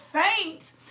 faint